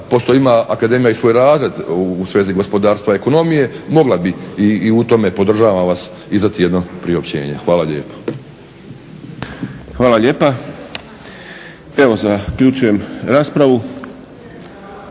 pošto ima Akademija i svoj razred u svezi gospodarstva ekonomije mogla bi i u tome podržavam vas izdati jedno priopćenje. Hvala lijepo. **Šprem, Boris (SDP)** Hvala lijepa. Evo zaključujem raspravu.